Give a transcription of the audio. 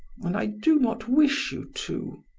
and i do not wish you to.